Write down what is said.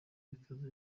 bikaze